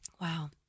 Wow